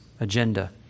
agenda